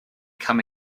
come